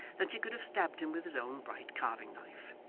than she could have stabbed him with his own bright carving-knife.